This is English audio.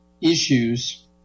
issues